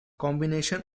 combination